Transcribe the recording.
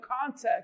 context